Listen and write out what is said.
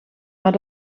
maar